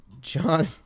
John